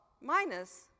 minus